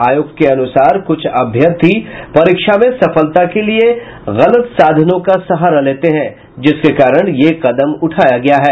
आयोग के अनुसार कुछ अभ्यर्थी परीक्षा में सफलता के लिये गलत साधनों को सहारा लेते हैं जिसके कारण यह यह कदम उठाया गया है